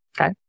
Okay